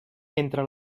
entre